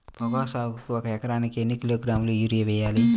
పొగాకు సాగుకు ఒక ఎకరానికి ఎన్ని కిలోగ్రాముల యూరియా వేయాలి?